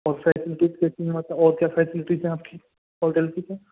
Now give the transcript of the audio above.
اور سر اور کیا فیسلٹیز ہیں آپ کی ہوٹل کی سر